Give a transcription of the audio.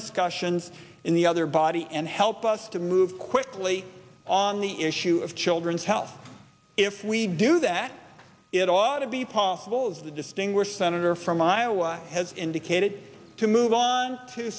discussions in the other body and help us to move quickly on the issue of children's health if we do that it ought to be possible as the distinguished senator from iowa has indicated to move on to